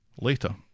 Later